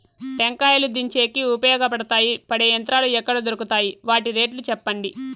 టెంకాయలు దించేకి ఉపయోగపడతాయి పడే యంత్రాలు ఎక్కడ దొరుకుతాయి? వాటి రేట్లు చెప్పండి?